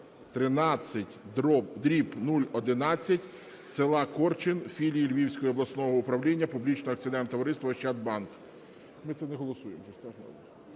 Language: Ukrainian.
№10013/011 села Корчин Філії - Львівського обласного управління Публічного акціонерного товариства "Ощадбанк". Ми це не голосуємо?